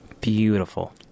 Beautiful